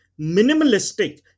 minimalistic